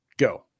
go